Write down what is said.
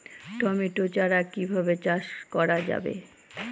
Tomato চারা কিভাবে চাষ করা যাবে?